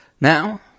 Now